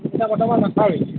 এতিয়া বৰ্তমান মাথাউৰিত